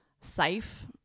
safe